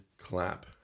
clap